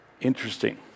Interesting